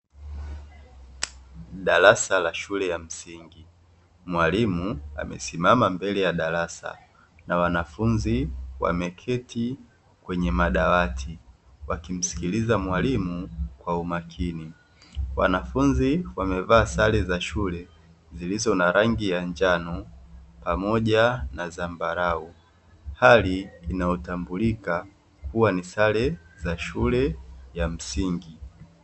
Darasa la shule ya msingi, mwalimu amesimama mbele ya darasa na wanafunzi wameketi kwenye madawati wakimsikiliza mwalimu kwa umakini. Wanafunzi wamevaa sare za shule zilizo na rangi za njano pamoja na zambarau, hali inayotambulika kuwa ni sare za shule za msingi.